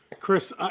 Chris